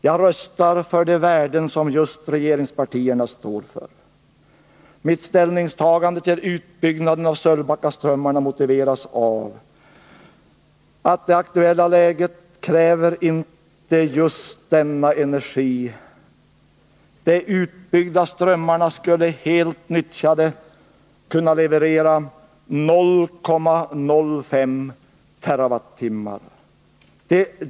Jag röstar för de värden som just regeringspartierna står för. Mitt ställningstagande till utbyggnaden av Sölvbackaströmmarna motiveras av att det aktuella läget inte kräver just denna energi — de utbyggda strömmarna skulle helt nyttjade kunna leverera 0,05 TWh.